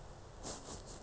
I want to